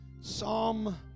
Psalm